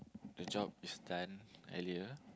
the job is done earlier